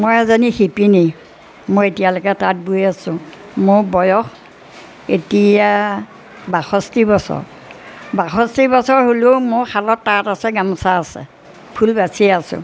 মই এজনী শিপিনী মই এতিয়ালৈকে তাঁত বৈ আছোঁ মোৰ বয়স এতিয়া বাষষ্ঠি বছৰ বাষষ্ঠি বছৰ হ'লেও মোৰ শালত তাঁত আছে গামোচা আছে ফুল বাচি আছোঁ